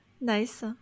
nice